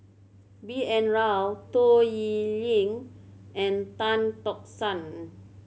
B N Rao Toh Liying and Tan Tock San